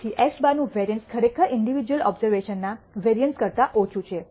તેથી x̅ નું વેરિઅન્સ ખરેખર ઇંડીવિડ્યૂઅલ ઓબઝર્વેશન ના વેરિઅન્સ કરતા ઓછું છે